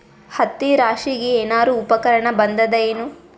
ಹತ್ತಿ ರಾಶಿಗಿ ಏನಾರು ಉಪಕರಣ ಬಂದದ ಏನು?